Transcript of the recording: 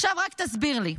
עכשיו, רק תסביר לי,